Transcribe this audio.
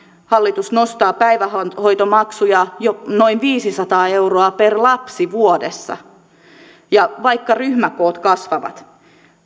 hallitus nostaa päivähoitomaksuja noin viisisataa euroa per lapsi vuodessa vaikka ryhmäkoot kasvavat